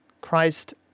Christ